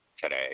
today